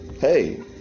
hey